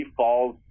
falls